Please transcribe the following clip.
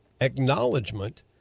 acknowledgement